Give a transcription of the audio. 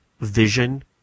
vision